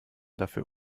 dafür